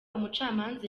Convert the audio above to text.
umucamanza